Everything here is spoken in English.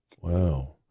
Wow